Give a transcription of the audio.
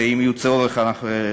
ואם יהיה צורך אנחנו נרחיב,